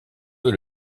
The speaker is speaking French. veux